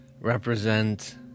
represent